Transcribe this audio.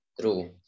True